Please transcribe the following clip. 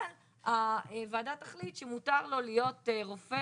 אבל הוועדה תחליט שמותר לו להיות רופא,